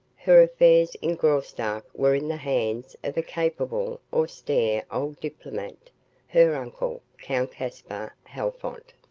her affairs in graustark were in the hands of a capable, austere old diplomat her uncle, count caspar halfont.